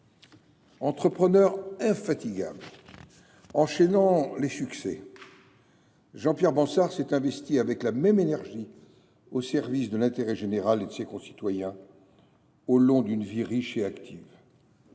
Entrepreneur infatigable enchaînant les succès, Jean Pierre Bansard s’est investi avec la même énergie au service de l’intérêt général et de ses concitoyens au long d’une vie riche et active.